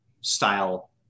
style